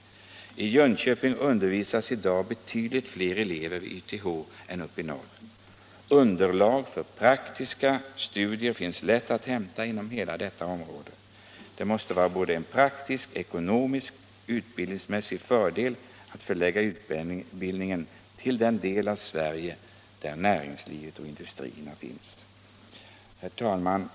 I Jönköping undervisas i dag betydligt fler elever vid YTH än uppe i norr. Underlag för praktiska studier går lätt att hämta inom hela detta område. Det måste vara en utbildnings mässig fördel både praktiskt och ekonomiskt att förlägga utbildningen till den del av Sverige där industrierna finns. Herr talman!